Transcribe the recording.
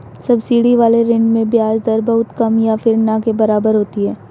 subsidy वाले ऋण में ब्याज दर बहुत कम या फिर ना के बराबर होती है